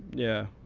yeah.